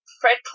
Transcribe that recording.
Fred